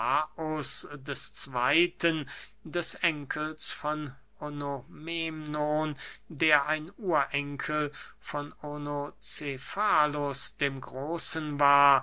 des zweyten des enkels von onomemnon der ein urenkel von onocefalus dem großen war